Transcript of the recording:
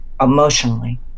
emotionally